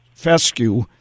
fescue